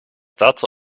dazu